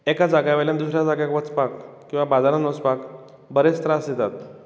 एका जाग्या वयल्यान दुसऱ्या जाग्याक वचपाक किंवा बाजारान वचपाक बरेच त्रास दितात